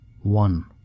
one